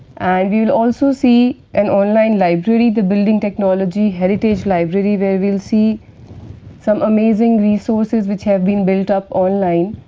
we will also see an online library the building technology heritage library, where we will see some amazing resources which have been built up online,